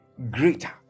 greater